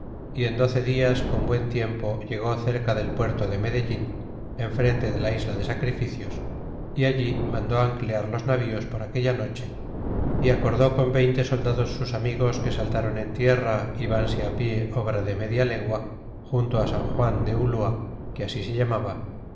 y en doce dias con buen tiempo llegó cerca del puerto de medellin enfrente de la isla de sacrificios y allí mandó anclear los navíos por aquella noche é acordó con veinte soldados sus amigos que sáltron en tierra y vanse pie obra de media legua junto san juan de ulua que así se llamaba